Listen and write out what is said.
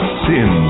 sin